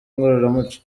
ngororamuco